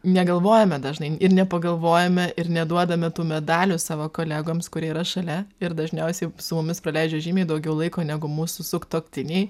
negalvojame dažnai ir nepagalvojame ir neduodame tų medalių savo kolegoms kurie yra šalia ir dažniausiai su mumis praleidžia žymiai daugiau laiko negu mūsų sutuoktiniai